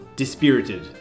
dispirited